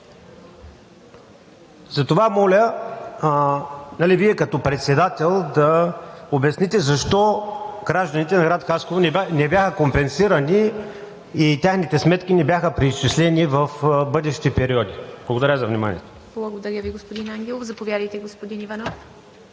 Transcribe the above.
Затова моля Вие като председател да обясните: защо гражданите на град Хасково не бяха компенсирани и техните сметки не бяха преизчислени в бъдещи периоди? Благодаря за вниманието. ПРЕДСЕДАТЕЛ ИВА МИТЕВА: Благодаря Ви, господин Ангелов. Заповядайте, господин Иванов.